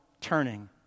turning